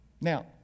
Now